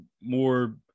more